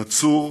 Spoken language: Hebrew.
נצור